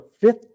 fifth